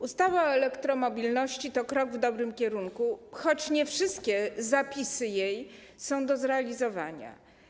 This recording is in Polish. Ustawa o elektromobilności to krok w dobrym kierunku, choć nie wszystkie jej zapisy są do zrealizowania.